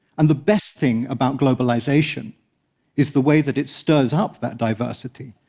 and the best thing about globalization is the way that it stirs up that diversity,